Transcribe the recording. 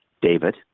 David